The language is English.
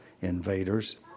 invaders